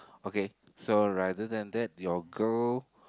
okay so rather than that your girl